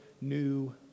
new